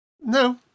no